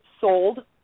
sold